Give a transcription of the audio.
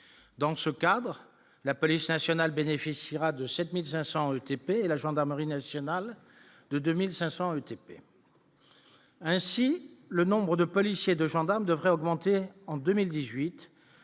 dans ce cadre, la police nationale, bénéficiera de 7500 ETP, la gendarmerie nationale de 2500 unités ainsi le nombre de policiers, de gendarmes devraient augmenter en 2018,